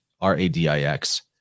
R-A-D-I-X